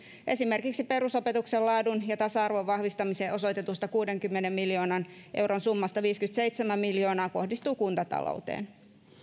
esimerkiksi perusopetuksen laadun ja tasa arvon vahvistamiseen osoitetusta kuudenkymmenen miljoonan euron summasta viisikymmentäseitsemän miljoonaa kohdistuu kuntatalouteen